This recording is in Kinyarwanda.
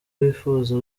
bifuza